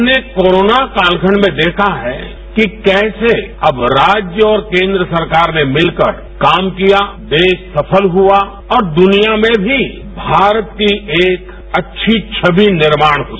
हमने कोरोना कालखंड में देखा है कि कैसे अब राज्य और केंद्र सरकार ने मिलकर काम किया देश सफल हुआ और दुनिया में भी भारत की एक अच्छी छावि निर्माण हुई